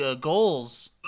goals